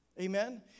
Amen